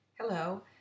Hello